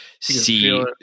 see